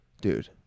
dude